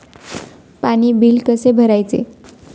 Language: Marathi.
पाणी बिल कसे भरायचे?